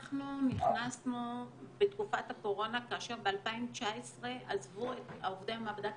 אנחנו נכנסנו לתקופת הקורונה כאשר ב-2019 עזבו כ-10% עובדי מעבדה,